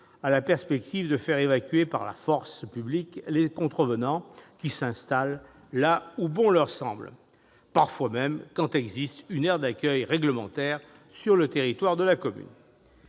à la perspective de faire évacuer par la force publique les contrevenants qui s'installent là où bon leur semble, parfois même quand existe une aire d'accueil réglementaire sur le territoire de la commune